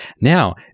Now